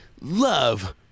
love